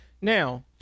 Now